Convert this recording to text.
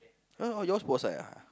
oh yours put outside ah